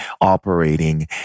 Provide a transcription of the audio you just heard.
operating